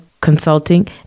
consulting